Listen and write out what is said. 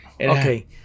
okay